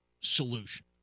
solution